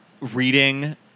reading